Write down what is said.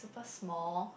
small